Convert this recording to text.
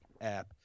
app